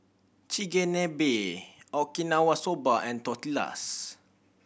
Chigenabe Okinawa Soba and Tortillas